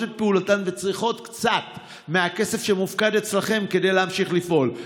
את פעולתן וצריכות קצת מהכסף שמופקד אצלכם כדי להמשיך לפעול,